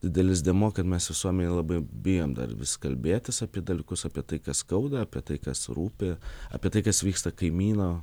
didelis dėmuo kad mes visuomenėj labai bijom dar vis kalbėtis apie dalykus apie tai kas skauda apie tai kas rūpi apie tai kas vyksta kaimyno